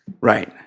Right